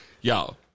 Yo